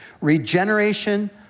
Regeneration